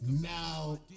now